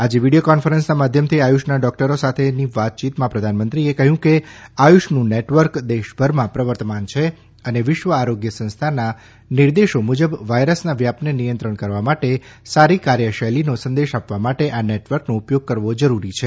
આજે વીડીયો કોન્ફરન્સના માધ્યમથી આયુષના ડોક્ટરો સાથેની વાતયીતમાં પ્રધાનમંત્રીએ કહ્યું કે આયુષનું નેટવર્ક દેશભરમાં પ્રવર્તમાન છે ને વિશ્વ આરોગ્ય સંસ્થાના નિર્દેશો મુજબ વાયરસના વ્યાપને નિયંત્રિત કરવા માટે સારી કાર્યશૈલીનો સંદેશ આપવા માટે આ નેટવર્કનો ઉપયોગ કરવો જરૂરી છે